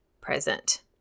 present